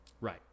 right